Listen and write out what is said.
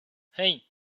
hey